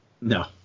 No